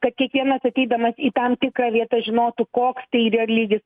kad kiekvienas ateidamas į tam tikrą vietą žinotų koks tai yra lygis